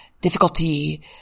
difficulty